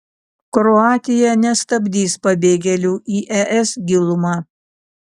kroatija nestabdys pabėgėlių į es gilumą